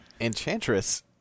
Enchantress